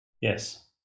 Yes